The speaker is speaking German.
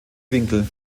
winkel